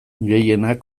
gehienak